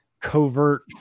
covert